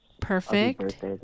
perfect